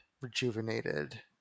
rejuvenated